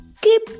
Keep